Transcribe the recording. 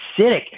acidic